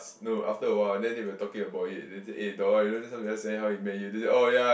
no after awhile then they were talking about it eh Dora you know just now we ask him how he met you then she oh ya